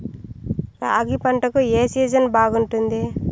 రాగి పంటకు, ఏ సీజన్ బాగుంటుంది?